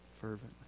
fervently